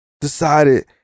Decided